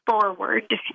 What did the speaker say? forward